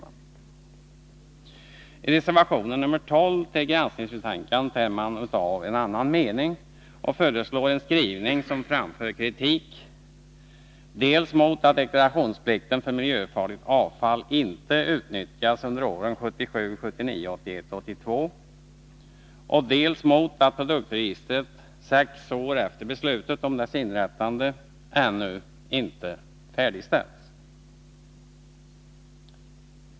I reservationen nr 12 till granskningsbetänkandet är man av annan mening och föreslår en skrivning som framför kritik dels mot att regeringen meddelat undantag från deklarationsplikten för miljöfarligt avfall under åren 1977, 1979, 1981 och 1982, dels mot att produktregistret, sex år efter beslutet om dess inrättande, ännu inte färdigställts.